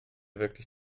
wirklich